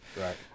Right